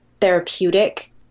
therapeutic